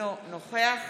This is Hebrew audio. אינו נוכח